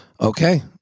okay